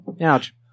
Ouch